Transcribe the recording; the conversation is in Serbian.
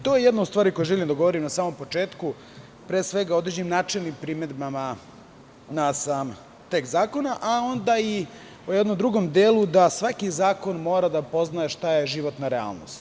To je jedna od stvari o kojoj želim da govorim na samom početku, pre svega određenim načinom i primedbama na sam tekst zakona, a onda i o jednom drugom delu, da svaki zakon mora da poznaje šta je životna realnost.